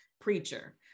preacher